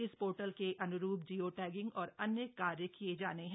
इसी पोर्टल के अनुरूप जियो टैगिंग और अन्य कार्य किये जाने हैं